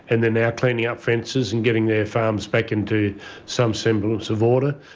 and now cleaning up fences and getting their farms back into some semblance of order.